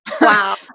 Wow